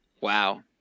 Wow